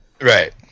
Right